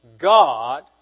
God